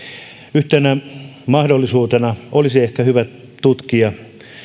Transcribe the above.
yhtenä mahdollisuutena olisi ehkä hyvä tutkia